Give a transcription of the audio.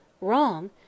Wrong